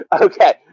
Okay